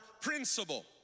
principle